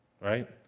right